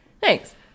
Thanks